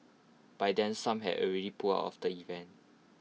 by then some had already pulled out of the event